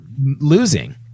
losing